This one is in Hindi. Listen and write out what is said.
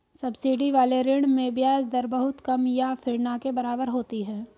सब्सिडी वाले ऋण में ब्याज दर बहुत कम या फिर ना के बराबर होती है